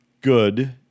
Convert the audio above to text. good